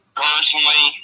personally